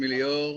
שמי ליאור,